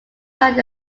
like